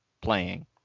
playing